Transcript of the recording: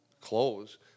clothes